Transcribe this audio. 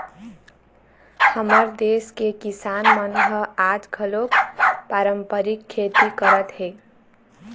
हमर देस के किसान मन ह आज घलोक पारंपरिक खेती करत हे